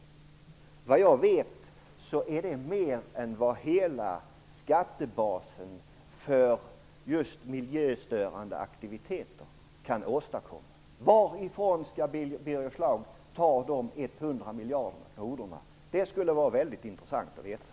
Såvitt jag vet är det mer än vad hela skattebasen för just miljöstörande aktiviteter utgör. Varifrån skall Birger Schlaug ta de 100 miljarder kronorna? Det skulle vara väldigt intressant att veta.